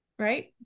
right